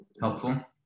helpful